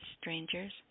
Strangers